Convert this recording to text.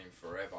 forever